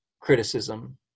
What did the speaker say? criticism